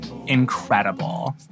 incredible